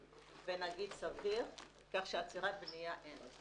ונגיד סביר, כך שעצירת בניה אין.